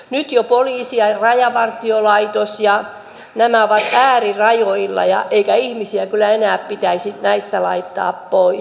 nyt jo poliisi ja rajavartiolaitos ja nämä ovat äärirajoilla eikä ihmisiä kyllä enää pitäisi näistä laittaa pois